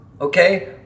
okay